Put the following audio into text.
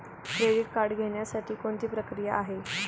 Credit card घेण्यासाठी कोणती प्रक्रिया आहे?